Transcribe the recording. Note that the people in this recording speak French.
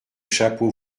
chapeau